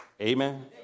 Amen